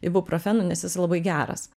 ibuprofenu nes jis labai geras